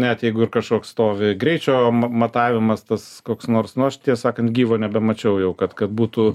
net jeigu ir kažkoks stovi greičio matavimas tas koks nors nu aš tiesą sakant gyvo nebemačiau jau kad kad būtų